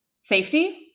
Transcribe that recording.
safety